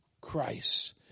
Christ